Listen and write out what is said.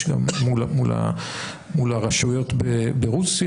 יש גם מול הרשויות ברוסיה,